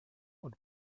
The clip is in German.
und